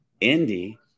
Indy